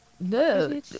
No